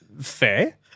Fair